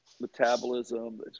metabolism